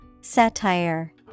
Satire